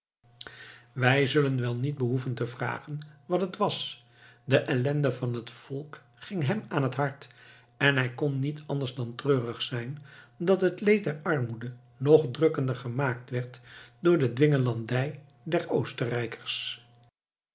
wij zullen wel niet behoeven te vragen wat het was de ellende van het volk ging hem aan het hart en hij kon niet anders dan treurig zijn dat het leed der armoede nog drukkender gemaakt werd door de dwingelandij der oostenrijkers